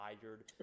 tired